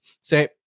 say